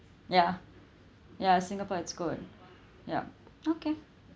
ya ya ya singapore is good yup okay